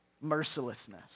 Mercilessness